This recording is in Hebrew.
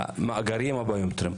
למאגרים הביומטריים.